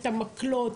את המקלות,